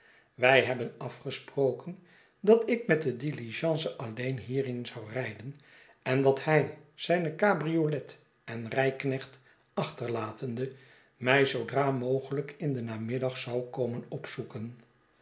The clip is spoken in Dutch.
wij hebben afgesproken dat ik met de diligence alleen hierheen zou rijden en dat hij zijne cabriolet en rijknecht achterlatende mij zoodra mogelijk in den namiddag zou komen opzoeken